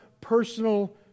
personal